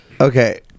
Okay